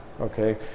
okay